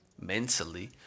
mentally